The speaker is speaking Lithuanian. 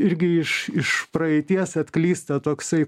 irgi iš iš praeities atklysta toksai